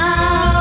Now